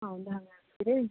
ಹೌದಾ ಮ್ಯಾಮ್ ರೀ